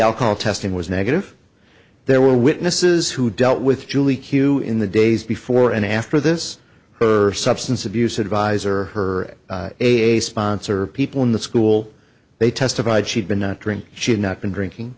alcohol testing was negative there were witnesses who dealt with julie q in the days before and after this her substance abuse advisor her sponsor people in the school they testified she'd been not drink she had not been drinking